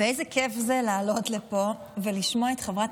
איזה כיף זה לעלות לפה ולשמוע את חברת